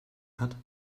hat